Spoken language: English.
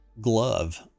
glove